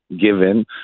given